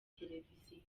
televiziyo